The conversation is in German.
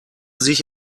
sich